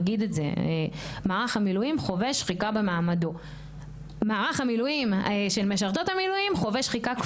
נגיד את זה ככה- אם מערך המילואים חווה שחיקה במעמדו,